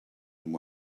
and